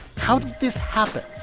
how did this happen?